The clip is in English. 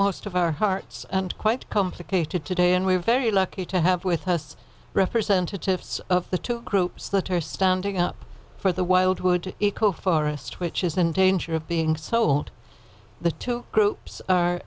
most of our hearts and quite complicated today and we're very lucky to have with us representatives of the two groups that are standing up for the wild who eco forest which isn't danger of being sold the two groups are